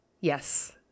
Yes